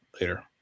later